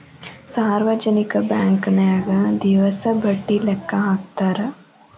ಸಾರ್ವಜನಿಕ ಬಾಂಕನ್ಯಾಗ ದಿವಸ ಬಡ್ಡಿ ಲೆಕ್ಕಾ ಹಾಕ್ತಾರಾ